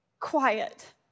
quiet